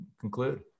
conclude